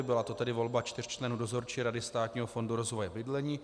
Byla to tedy volba čtyř členů Dozorčí rady Státního fondu rozvoje bydlení.